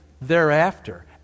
thereafter